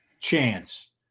chance